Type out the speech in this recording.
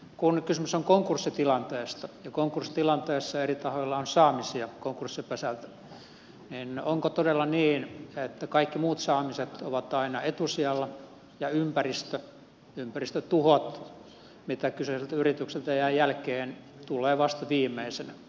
kun kysymys on konkurssitilanteesta ja konkurssitilanteessa eri tahoilla on saamisia konkurssipesältä niin onko todella niin että kaikki muut saamiset ovat aina etusijalla ja ympäristötuhot mitkä kyseiseltä yritykseltä jäävät jälkeen tulevat vasta viimeisenä